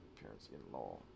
parents-in-law